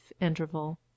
interval